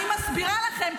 אני מסבירה לכם,